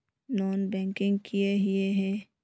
Non banking किए हिये है?